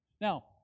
Now